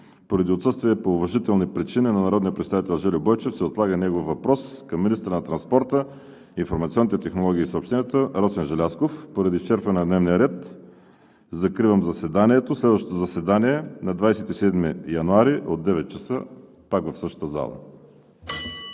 Поради отсъствие по уважителни причини на народния представител Жельо Бойчев се отлага негов въпрос към министъра на транспорта, информационните технологии и съобщенията Росен Желязков. Поради изчерпване на дневния ред закривам заседанието. Следващото заседание е на 27 януари от 9,00 ч. пак в същата зала.